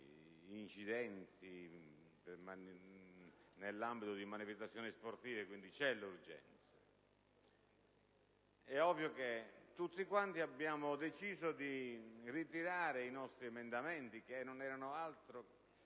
incidenti nell'ambito di manifestazioni sportive: quindi l'urgenza è motivata), abbiamo deciso di ritirare i nostri emendamenti, che non erano altro